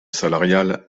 salariale